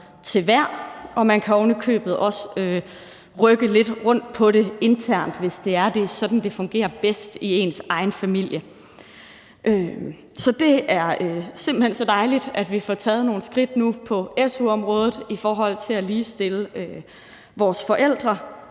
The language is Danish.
og man kan ovenikøbet også rykke lidt rundt på det internt, hvis det er sådan, det fungerer bedst i ens egen familie. Så det er simpelt hen så dejligt, at vi får taget nogle skridt nu på su-området i forhold til at ligestille forældre.